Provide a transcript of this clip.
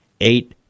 eight